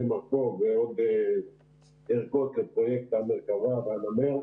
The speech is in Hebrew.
מרכוב ועוד ערכות לפרויקט המרכבה והנמ"ר,